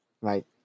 right